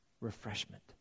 refreshment